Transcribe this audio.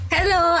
Hello